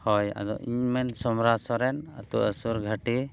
ᱦᱳᱭ ᱟᱫᱚ ᱤᱧ ᱢᱮᱱ ᱥᱚᱢᱨᱟ ᱥᱚᱨᱮᱱ ᱟᱛᱳ ᱟᱹᱥᱩᱨ ᱜᱷᱟᱹᱴᱤ